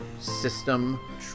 system